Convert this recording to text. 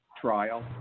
trial